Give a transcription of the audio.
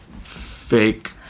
fake